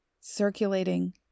circulating